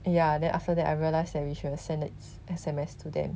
ya then after that I realized that we should have send a S~ S_M_S to them